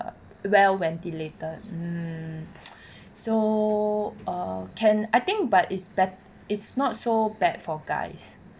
well ventilated mm so err can I think but it's but it's not so bad for guys